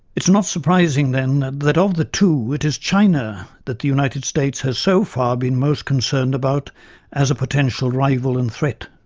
it is not surprising then that, of the two, it is china that the united states has so far been most concerned about as a potential rival and threat.